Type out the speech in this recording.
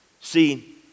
See